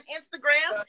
Instagram